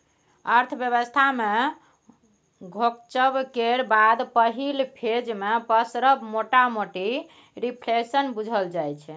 अर्थव्यवस्था मे घोकचब केर बाद पहिल फेज मे पसरब मोटामोटी रिफ्लेशन बुझल जाइ छै